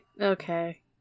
Okay